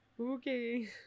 okay